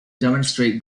demonstrate